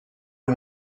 and